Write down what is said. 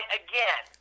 again